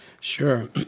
Sure